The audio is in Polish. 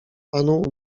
panu